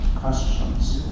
questions